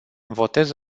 votez